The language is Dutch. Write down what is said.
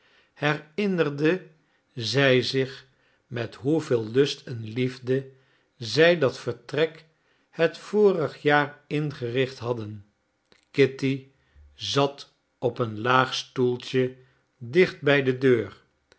herinnerde zij zich met hoeveel lust en liefde zij dat vertrek het vorige jaar ingericht hadden kitty zat op een laag stoeltje dicht bij de deur